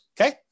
okay